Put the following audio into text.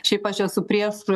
šiaip aš esu prieš